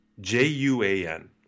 j-u-a-n